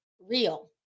real